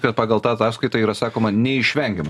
kad pagal tą ataskaitą yra sakoma neišvengiamai